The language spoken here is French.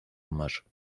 hommage